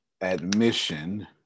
admission